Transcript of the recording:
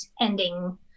ending